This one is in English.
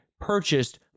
purchased